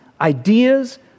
ideas